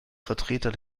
vertreter